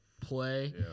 play